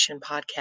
Podcast